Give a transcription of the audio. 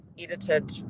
edited